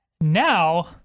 now